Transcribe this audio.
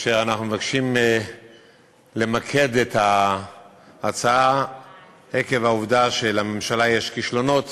כאשר אנחנו מבקשים למקד את ההצעה בעובדה שלממשלה יש כישלונות